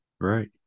Right